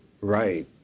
right